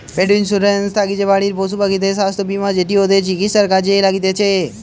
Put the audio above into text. পেট insurance হতিছে বাড়ির পশুপাখিদের স্বাস্থ্য বীমা যেটি ওদের চিকিৎসায় কাজে লাগতিছে